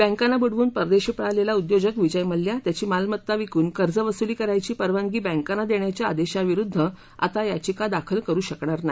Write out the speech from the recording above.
बँकांना बुडवून परदेशी पळालेला उद्योजक विजय मल्ल्या त्याची मालमत्ता विकून कर्जवसुली करायची परवानगी बँकांना देण्याच्या आदेशाविरुद्ध आता याचिका दाखल करु शकणार नाही